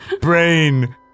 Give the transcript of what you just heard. brain